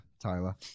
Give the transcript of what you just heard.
Tyler